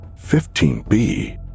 15B